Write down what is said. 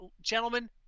gentlemen